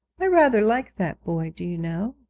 i rather like that boy, do you know.